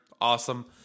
awesome